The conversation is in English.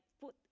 put